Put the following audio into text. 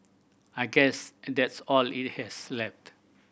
I guess that's all it has left